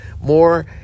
more